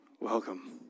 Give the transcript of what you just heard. Welcome